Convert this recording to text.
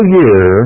year